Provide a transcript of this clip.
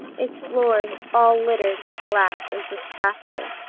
its floor all littered with glass and with plaster